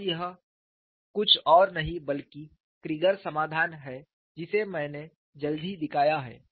और यह कुछ और नहीं बल्कि क्रीगर समाधान है जिसे मैंने जल्दी दिखाया है